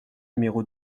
numéro